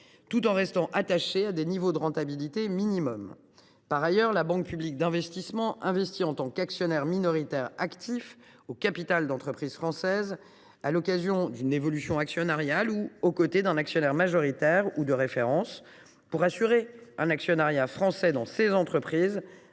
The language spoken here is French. tout en restant attachée à certains niveaux de rentabilité. La Banque publique d’investissement (BPI) investit par ailleurs en tant qu’actionnaire minoritaire actif au capital d’entreprises françaises, à l’occasion d’une évolution actionnariale et aux côtés d’un actionnaire majoritaire, ou de référence, pour assurer un actionnariat français dans ces entreprises,